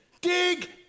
dig